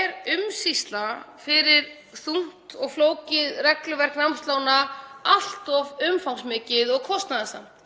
er umsýsla fyrir þungt og flókið regluverk námslána allt of umfangsmikið og kostnaðarsamt,